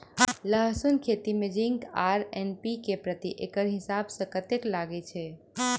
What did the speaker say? लहसून खेती मे जिंक आ एन.पी.के प्रति एकड़ हिसाब सँ कतेक लागै छै?